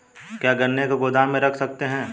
क्या गन्ने को गोदाम में रख सकते हैं?